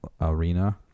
arena